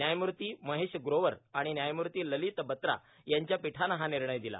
व्यायमूर्ती महेश ग्रोवर आणि व्यायमूर्ती ललित बत्रा यांच्या पीठानं हा निर्णय दिला